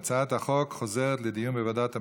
ההצעה להעביר את הצעת חוק להבטחת דיור חלופי לתושבי גבעת עמל,